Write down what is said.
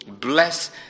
Bless